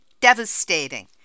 devastating